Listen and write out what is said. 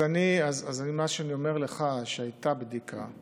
אז מה שאני אומר לך, שהייתה בדיקה.